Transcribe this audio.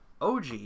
OG